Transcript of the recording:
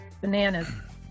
Bananas